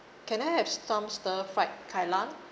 can I have some stir fried kailan